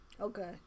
Okay